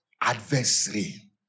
Adversary